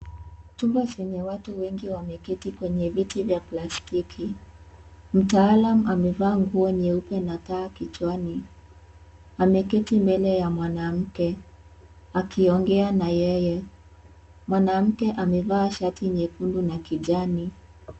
Chumba zenye watu wengi wameketi kwenye viti vya plastiki, mtaalam amevaa nguo nyeupe na taa kichwani, ameketi mbele ya mwanamke akiongea na yeye, mwanamke amevaa shati nyekundu na kijani.